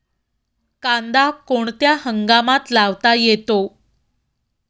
कांदा कोणत्या हंगामात लावता येतो?